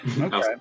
Okay